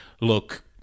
look